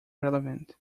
relevant